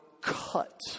cut